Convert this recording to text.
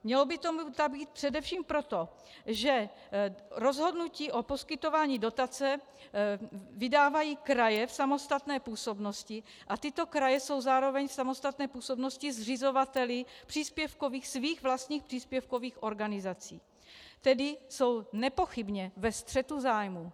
Mělo by tomu tak být především proto, že rozhodnutí o poskytování dotace vydávají kraje v samostatné působnosti a tyto kraje jsou zároveň v samostatné působnosti zřizovateli svých vlastních příspěvkových organizací, tedy jsou nepochybně ve střetu zájmů.